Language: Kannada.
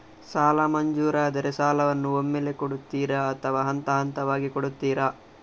ಸಾಲ ಮಂಜೂರಾದರೆ ಸಾಲವನ್ನು ಒಮ್ಮೆಲೇ ಕೊಡುತ್ತೀರಾ ಅಥವಾ ಹಂತಹಂತವಾಗಿ ಕೊಡುತ್ತೀರಾ?